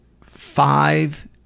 five